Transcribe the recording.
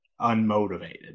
unmotivated